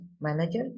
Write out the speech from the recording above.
manager